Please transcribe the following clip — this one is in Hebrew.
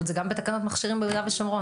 זה גם בתקנות מכשירים ביהודה ושומרון,